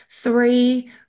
Three